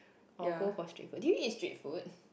or go for street food do you eat street food